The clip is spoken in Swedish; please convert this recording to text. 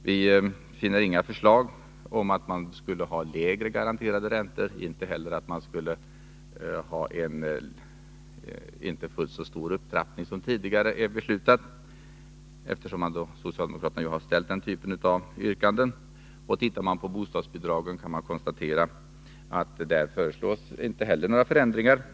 Vi finner inga förslag om att man skulle ha lägre garanterade räntor, inte heller att man skulle ha en inte fullt så stor upptrappning som den som tidigare beslutats. Socialdemokraterna har ju förut ställt den typen av yrkanden. I fråga om bostadsbidragen föreslås inte heller några förändringar.